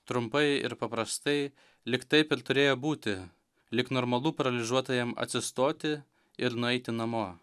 trumpai ir paprastai lyg taip ir turėjo būti lyg normalu paralyžiuotajam atsistoti ir nueiti namo